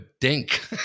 dink